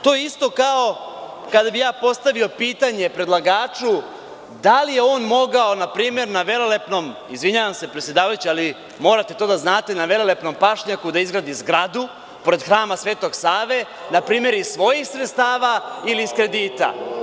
To je isto kao kada bih ja postavio pitanje predlagačuda li je on mogao npr. na velelepnom, izvinjavam se predsedavajuća, ali morate to da znate, na velelepnom pašnjaku da izgradi zgradu pored Hrama Svetog Save, na primer iz svojih sredstava ili iz kredita?